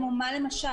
כמו מה, למשל?